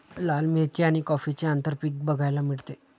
लाल मिरची आणि कॉफीचे आंतरपीक बघायला मिळते